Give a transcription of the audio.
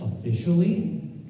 officially